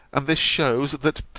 and this shews, that,